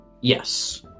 yes